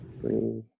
three